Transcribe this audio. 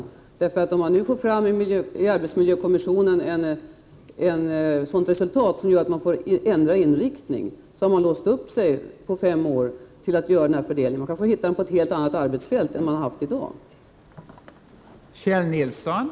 Om det blir ett sådant resultat i arbetsmiljökommissionen att inriktningen får ändras, har man låst upp sig på fem år med denna fördelning. Man kanske hittar på ett helt annat arbetsfält än vad man är inriktad på i dag.